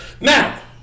Now